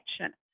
action